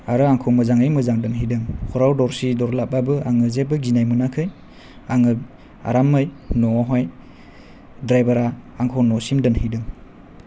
आरो आंखौ मोजांयै मोजां दोनहैदों हराव दरसि दरला बाबो आङो जेबो गिनाय मोनाखै आङो आरामै न'यावहाय ड्राइभारा आंखौ न'सिम दोनहैदों